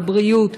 בבריאות,